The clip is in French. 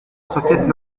socket